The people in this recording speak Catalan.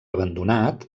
abandonat